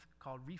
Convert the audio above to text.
called